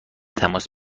تماس